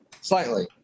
slightly